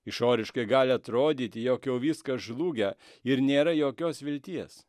išoriškai gali atrodyti jog jau viskas žlugę ir nėra jokios vilties